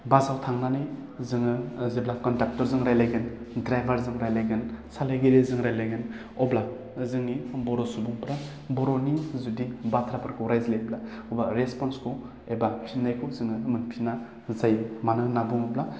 बासाव थांनानै जोङो जेब्ला कनटेक्टरजों रायलायगोन ड्राइभारजों रायलायगोन सालायगिरिजों रायलायगोन अब्ला जोंनि बर' सुबुंफ्रा बर'नि जुदि बाथ्राफोरखौ रायज्लायोब्ला एबा रेसपनसखौ एबा फिन्नायखौ जोङो मोनफिना जाय मानो होनना बुङोब्ला